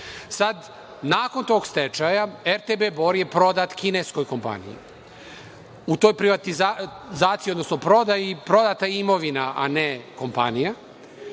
Srbije. Nakon tog stečaja RTB Bor je prodat kineskoj kompaniji. U toj privatizaciji, odnosno prodaji prodata je imovina a ne kompanija